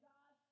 God